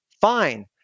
fine